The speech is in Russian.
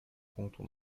пункту